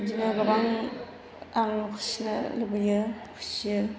बेदिनो गोबां आं फिसिनो लुबैयो फिसियो